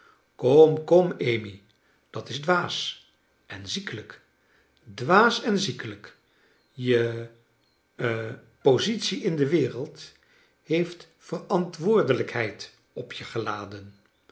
kom kom amy dat is dwaas en ziekelijk dwaas en ziekelijk je ha positie in de wereld heeft verantwoordelijkheid op je geladen